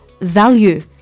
value